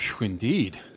Indeed